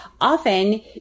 Often